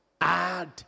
add